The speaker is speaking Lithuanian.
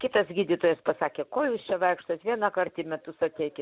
kitas gydytojas pasakė ko jūs čia vaikštot vienąkart į metus ateikit